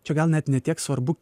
čia gal net ne tiek svarbu